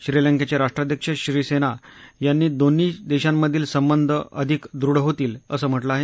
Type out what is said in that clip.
श्रीलंकेचे राष्ट्राध्यक्ष श्रीसेना यांनी दोन्ही देशांतील संबंध अधिक दृढ होतील असं म्हटलं आहे